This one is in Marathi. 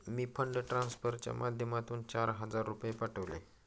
मी फंड ट्रान्सफरच्या माध्यमातून चार हजार रुपये पाठवले